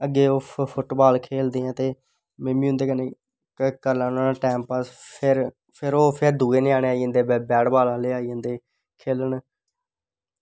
अग्गें ओह् फुटबॉल खेढदे ते में बी उं'दे कन्नै करी लैन्ना होना टाईम पास फिर ओह् दूऐ ञ्यानें आई जंदे बैट बॉल आह्ले आई जंदे खेढने ई